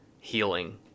healing